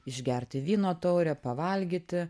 išgerti vyno taurę pavalgyti